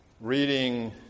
reading